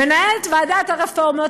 מנהלת ועדת הרפורמות